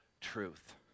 truth